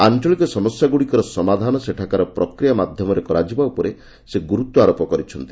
ଆଞ୍ଚଳିକ ସମସ୍ୟା ଗୁଡ଼ିକର ସମାଧାନ ସେଠାକାର ପ୍ରକ୍ରିୟା ମାଧ୍ଧମରେ କରାଯିବା ଉପରେ ସେ ଗୁରୁତ୍ୱାରୋପ କରିଛନ୍ତି